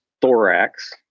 thorax